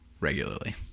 regularly